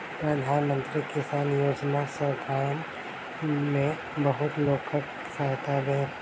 प्रधान मंत्री किसान योजना सॅ गाम में बहुत लोकक सहायता भेल